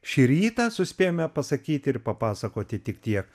šį rytą suspėjome pasakyti ir papasakoti tik tiek